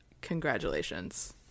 Congratulations